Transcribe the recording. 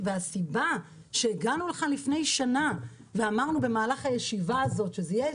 הסיבה לכך שהגענו לכאן לפני שנה ואמרנו במהלך הישיבה הזאת שזה יהיה